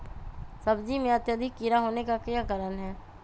सब्जी में अत्यधिक कीड़ा होने का क्या कारण हैं?